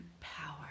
power